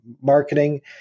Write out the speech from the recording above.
marketing